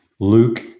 Luke